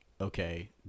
okay